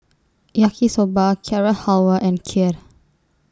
Yaki Soba Carrot Halwa and Kheer